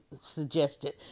suggested